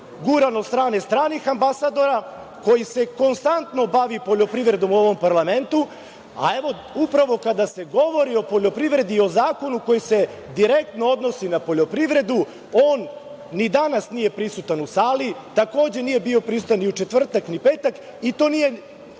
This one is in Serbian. guran od strane stranih ambasadora, koji se konstantno bavi poljoprivredom u ovom parlamentu, a evo, upravo kada se govori o poljoprivredi i zakonu koji se direktno odnosi na poljoprivredu, on ni danas nije prisutan u sali, a takođe nije bio prisutan ni u četvrtak i petak. I to nije